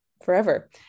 forever